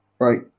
right